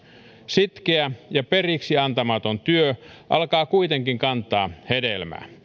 sitkeä ja periksiantamaton työ alkaa kuitenkin kantaa hedelmää